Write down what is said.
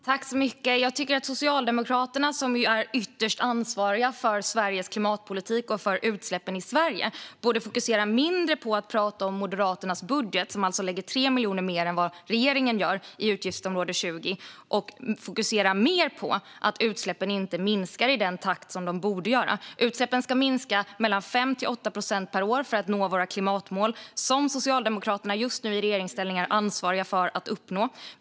Fru talman! Jag tycker att Socialdemokraterna, som ju är ytterst ansvariga för Sveriges klimatpolitik och för utsläppen i Sverige, borde fokusera mindre på att prata om Moderaternas budget, där vi alltså lägger 3 miljoner mer än vad regeringen gör på utgiftsområde 20, och fokusera mer på att utsläppen inte minskar i den takt som de borde göra. Utsläppen ska minska med mellan 5 och 8 procent per år för att vi ska nå våra klimatmål, som Socialdemokraterna just nu i regeringsställning är ansvariga för att uppnå.